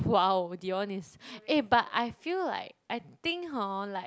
!wow! Dion is eh but I feel like I think hor like